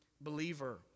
believer